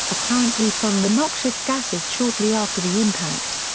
apparently from the noxious gases shortly after the impact.